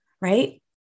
right